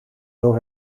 door